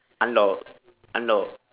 unlock unlock